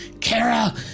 Kara